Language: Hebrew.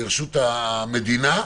לרשות המדינה.